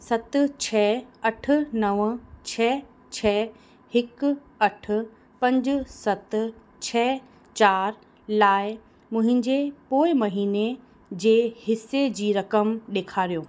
सत छ अठि नव छ छ हिकु अठि पंज सत छ चारि लाइ मुहिंजे पोएं महीने जे हिस्से जी रक़म ॾेखारियो